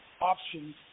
options